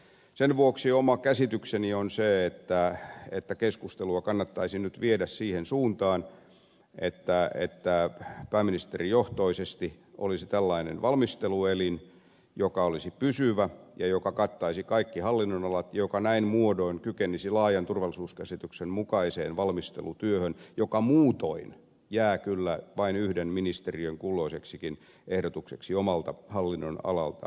sen vuoksi oma käsitykseni on se että keskustelua kannattaisi nyt viedä siihen suuntaan että pääministerijohtoisesti olisi tällainen valmisteluelin joka olisi pysyvä ja joka kattaisi kaikki hallinnonalat ja joka näin muodoin kykenisi laajan turvallisuuskäsityksen mukaiseen valmistelutyöhön joka muutoin jää kyllä vain yhden ministeriön kulloiseksikin ehdotukseksi omalta hallinnonalaltaan